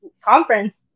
Conference